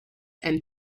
and